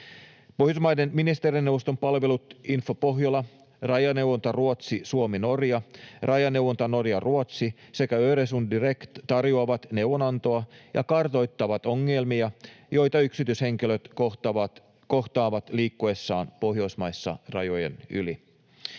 Pohjoismaiden ministerineuvoston palvelut Info Pohjola, Rajaneuvonta Ruotsi-Suomi-Norja ja Rajaneuvonta Norja-Ruotsi sekä Öresunddirekt tarjoavat neuvonantoa ja kartoittavat ongelmia, joita yksityishenkilöt kohtaavat liikkuessaan Pohjoismaissa rajojen yli.